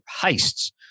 heists